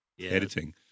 editing